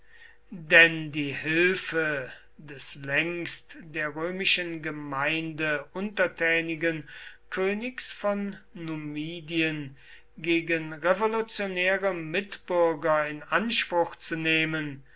denn die hilfe des längst der römischen gemeinde untertänigen königs von numidien gegen revolutionäre mitbürger in anspruch zu nehmen